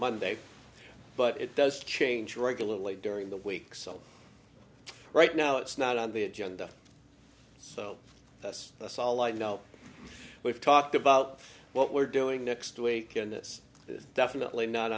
monday but it does change regularly during the week so right now it's not on the agenda so that's that's all i know we've talked about what we're doing next week and this is definitely not